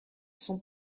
son